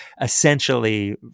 essentially